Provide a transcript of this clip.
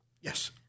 Yes